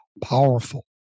powerful